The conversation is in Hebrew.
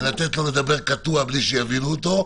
לתת לו לדבר באופן קטוע בלי שיבינו אותו.